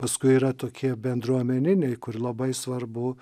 paskui yra tokie bendruomeniniai kur labai svarbu